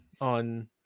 on